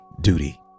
duty